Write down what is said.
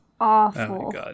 awful